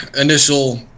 initial